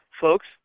Folks